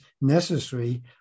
necessary